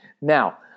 Now